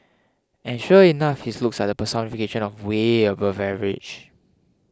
and sure enough his looks are the personification of way above average